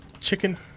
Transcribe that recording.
chicken